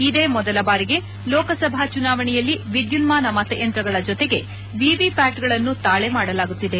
ಇದೇ ಮೊದಲ ಬಾರಿಗೆ ಲೋಕಸಭಾ ಚುನಾವಣೆಯಲ್ಲಿ ವಿದ್ಲುನ್ನಾನ ಮತಯಂತ್ರಗಳ ಜೊತೆಗೆ ವಿವಿಪ್ಲಾಟ್ಗಳನ್ನು ತಾಳೆ ಮಾಡಲಾಗುತ್ತಿದೆ